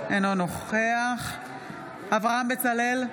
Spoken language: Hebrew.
אינו נוכח אברהם בצלאל,